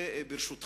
פינס,